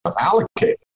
allocated